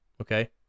Okay